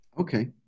Okay